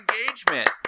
engagement